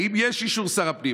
האם יש אישור שר הפנים?